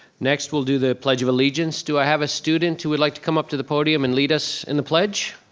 next we'll do the pledge of allegiance. do i have a student who would like to come up to the podium and lead us in the pledge?